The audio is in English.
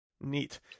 neat